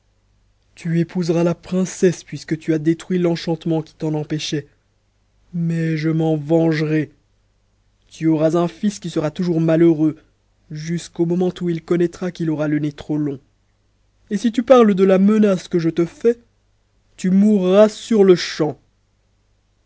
tu épouseras la princesse puisque tu as détruit l'enchantement qui t'en empêchait mais je m'en vengerai tu auras un fils qui sera toujours malheureux jusqu'au moment où il connaîtra qu'il a le nez trop long et si tu parles de la menace que je te fais tu mourras sur-le-champ